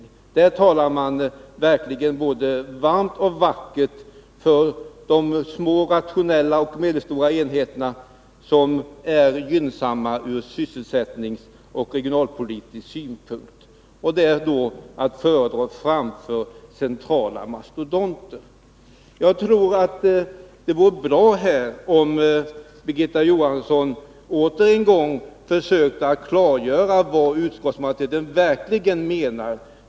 I brevet talar man verkligen både varmt och vackert för de små och medelstora rationella enheterna, som är gynnsamma ur sysselsättningsoch regionalpolitisk synpunkt. De är att föredra framför centrala mastodonter. Jag tror att det vore bra om Birgitta Johansson åter en gång försökte att klargöra vad utskottsmajoriteten verkligen menar.